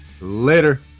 Later